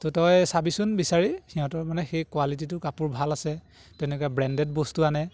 তো তই চাবিচোন বিচাৰি সিহঁতৰ মানে সেই কোৱালিটিটো কাপোৰ ভাল আছে তেনেকুৱা ব্ৰেণ্ডেড বস্তু আনে